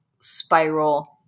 spiral